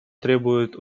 требуют